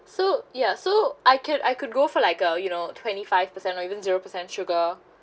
so ya so I could I could go for like uh you know twenty five percent or even zero percent sugar